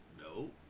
No